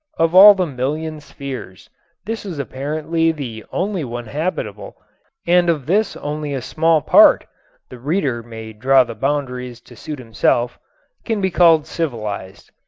of all the million spheres this is apparently the only one habitable and of this only a small part the reader may draw the boundaries to suit himself can be called civilized.